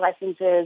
licenses